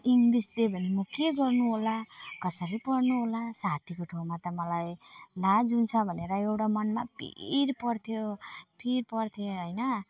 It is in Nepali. इङ्लिस दे भने म के गर्नुहोला कसरी पढ्नु होला साथीको ठाउँमा त मलाई लाज हुन्छ भनेर एउटा मनमा पिर पर्थ्यो पिर पर्थ्यो होइन